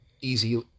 easy